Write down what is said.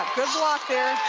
good block there